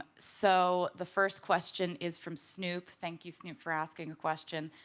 so the first question is from snoop. thank you, snoop, for asking a question.